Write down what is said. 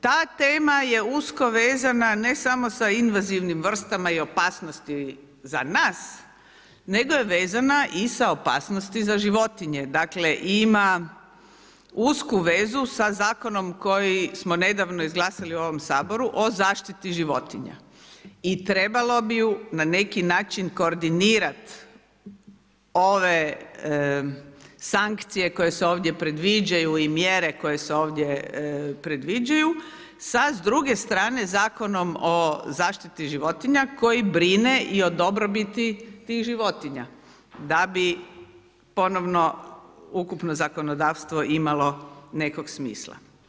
Ta tema je usko vezana ne samo sa invazivnim vrstama i opasnosti za nas nego je vezana i sa opasnosti za životinje, dakle ima usku vezu sa zakonom koji smo nedavno izglasali u ovom Saboru o zaštiti životinja i trebalo bi ju na neki način koordinirat ove sankcije koje se ovdje predviđaju i mjere koje se ovdje predviđaju sa s druge strane Zakonom o zaštiti životinja koji brine i o dobrobiti tih životinja da bi ponovno ukupno zakonodavstvo imalo nekog smisla.